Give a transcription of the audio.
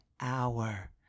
hour